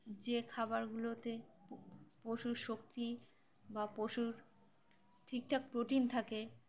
যে খাবারগুলোতে পশুর শক্তি বা পশুর ঠিকঠাক প্রোটিন থাকে